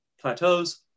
plateaus